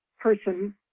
person